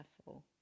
careful